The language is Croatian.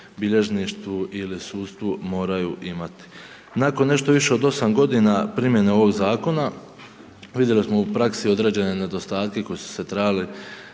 bilježništvu li sudstvu moraju. Nakon nešto više od 8 g. primjene ovog zakona, vidjeli smo u praksi određene nedostatke koje se trebali